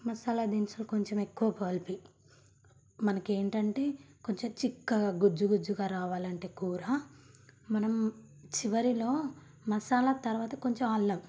మసాలా దినుసులు కొంచెం ఎక్కువ కలిపి మనకి ఏంటంటే కొంచెం చిక్కగా గుజ్జు గుజ్జుగా రావాలంటే కూర మనం చివరిలో మసాలా తరువాత కొంచెం అల్లము